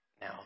Now